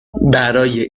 برای